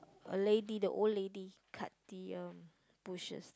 a lady the old lady cut the uh bushes